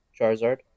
Charizard